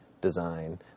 design